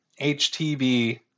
HTV